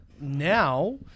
now